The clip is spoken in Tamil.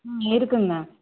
ஆ இருக்குதுங்க